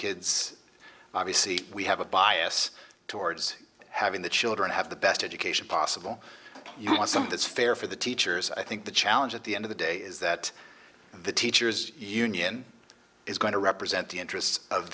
kids obviously we have a bias towards having the children have the best education possible you want some that's fair for the teachers i think the challenge at the end of the day is that the teachers union is going to represent the interests of